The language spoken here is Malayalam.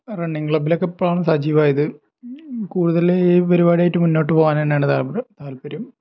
റണ്ണിങ് ക്ലബ്ബിലോക്കെ ഇപ്പം ആണ് സജീവമായത് കൂടുതൽ ഈ പരിപാടിയായിട്ട് മുന്നോട്ട് പോവാന് തന്നെയാണ് താൽപര്യം താൽപര്യം